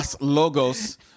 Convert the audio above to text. Logos